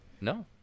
No